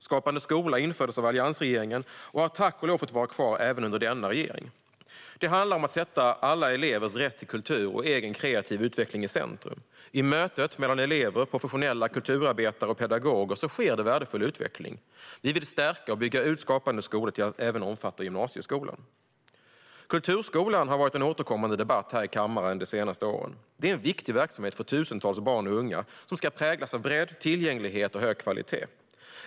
Skapande skola infördes av alliansregeringen och har tack och lov fått vara kvar även under denna regering. Det handlar om att sätta alla elevers rätt till kultur och egen kreativ utveckling i centrum. I mötet mellan elever, professionella kulturarbetare och pedagoger sker en värdefull utveckling. Vi vill stärka och bygga ut Skapande skola till att även omfatta gymnasieskolan. Kulturskolan har varit ett återkommande ämne för debatt här i kammaren de senaste åren. Det är en viktig verksamhet för tusentals barn och unga, som ska präglas av bredd, tillgänglighet och hög kvalitet.